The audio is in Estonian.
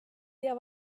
tea